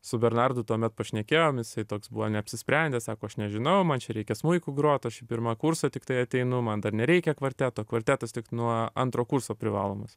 su bernardu tuomet pašnekėjom jisai toks buvo neapsisprendę sako aš nežinau man čia reikia smuiku grot aš į pirmą kursą tiktai ateinu man dar nereikia kvarteto kvartetas tik nuo antro kurso privalomas